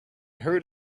heard